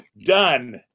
done